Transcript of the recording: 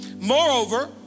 moreover